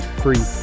free